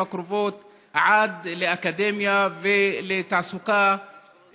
הקרובות עד לאקדמיה ולתעסוקה